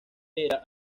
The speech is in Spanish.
era